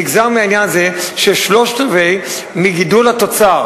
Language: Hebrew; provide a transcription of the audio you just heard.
נגזר מהעניין הזה ששלושה-רבעים מגידול התוצר